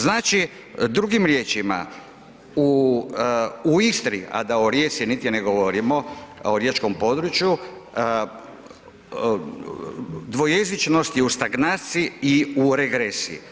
Znači drugim riječima, u Istri, a da o Rijeci niti ne govorimo, o riječkom području, dvojezičnost je u stagnaciji i u regresiji.